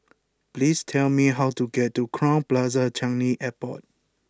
please tell me how to get to Crowne Plaza Changi Airport